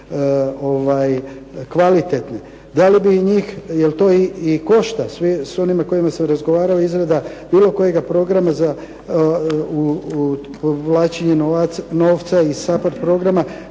Da li bi njih, jel to i košta. S onima kojima sam razgovarao izrada bilo kojega programa u povlačenje novca iz SAPHARD programa,